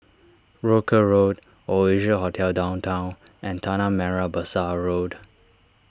Rochor Road Oasia Hotel Downtown and Tanah Merah Besar Road